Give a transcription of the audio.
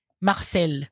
Marcel